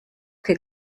que